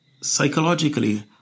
psychologically